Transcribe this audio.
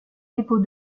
dépôt